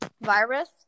virus